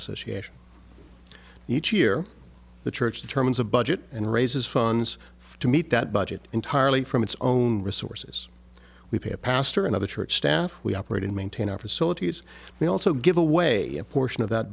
association each year the church determines a budget and raises funds to meet that budget entirely from its own resources we pay a pastor and other church staff we operate and maintain our facilities we also give away a portion of that